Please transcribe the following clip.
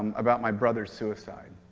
about my brother's suicide.